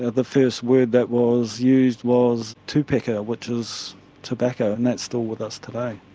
ah the first word that was used was toopeka, which is tobacco and that's still with us today.